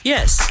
Yes